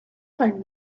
phone